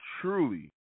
truly